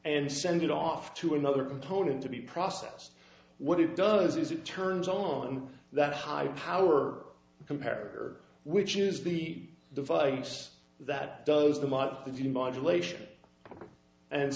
and send it off to another component to be processed what it does is it turns on that high power compare which is the device that does the